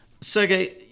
Sergey